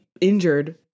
injured